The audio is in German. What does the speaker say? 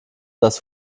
dass